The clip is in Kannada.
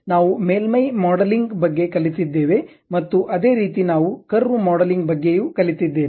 ನಾವು ಮೇಲ್ಮೈ ಮಾಡೆಲಿಂಗ್ ಬಗ್ಗೆ ಕಲಿತಿದ್ದೇವೆ ಮತ್ತು ಅದೇ ರೀತಿ ನಾವು ಕರ್ವ್ ಮಾಡೆಲಿಂಗ್ ಬಗ್ಗೆಯೂ ಕಲಿತಿದ್ದೇವೆ